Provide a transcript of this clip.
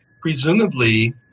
Presumably